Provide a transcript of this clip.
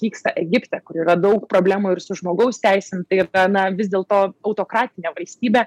vyksta egipte kur yra daug problemų ir su žmogaus teisėm tai yra na vis dėlto autokratinė valstybė